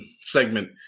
segment